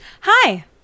Hi